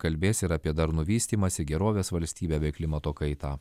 kalbės ir apie darnų vystymąsi gerovės valstybę bei klimato kaitą